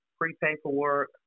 pre-paperwork